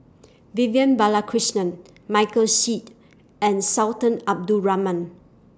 Vivian Balakrishnan Michael Seet and Sultan Abdul Rahman